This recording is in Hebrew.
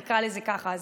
נקרא לזה ככה,